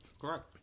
Correct